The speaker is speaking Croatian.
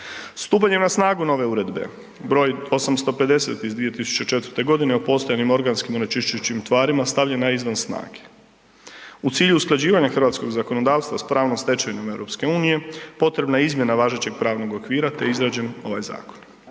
Stupanjem na snagu nove Uredbe broj 850 iz 2004. godine o postojanim organskim onečišćujućim tvarima stavljena je izvan snage. U cilju usklađivanja hrvatskog zakonodavstva s pravnom stečevinom EU potrebna je izmjena važećeg pravnog okvira te je izrađen ovaj zakon.